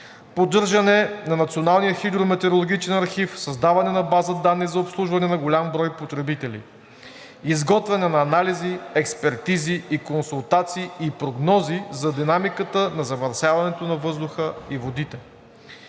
архив, създаване на база данни за обслужване на голям брой потребители; изготвяне на анализи, експертизи, консултации и прогнози за динамиката на замърсяването на въздуха и водите.